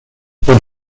por